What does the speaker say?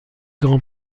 grand